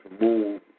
move